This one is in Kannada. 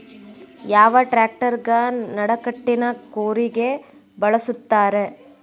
ಯಾವ ಟ್ರ್ಯಾಕ್ಟರಗೆ ನಡಕಟ್ಟಿನ ಕೂರಿಗೆ ಬಳಸುತ್ತಾರೆ?